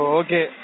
okay